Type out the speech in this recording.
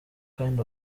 kind